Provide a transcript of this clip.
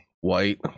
white